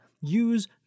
use